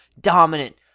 dominant